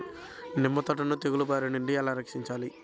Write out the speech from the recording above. నిమ్మ తోటను తెగులు బారి నుండి ఎలా రక్షించాలి?